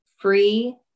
free